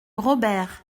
robert